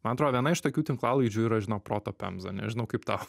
man atrodo viena iš tokių tinklalaidžių yra žinau proto pemza nežinau kaip tau